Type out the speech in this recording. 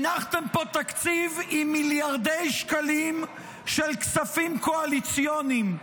הנחתם פה תקציב עם מיליארדי שקלים של כספים קואליציוניים.